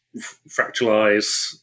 fractalize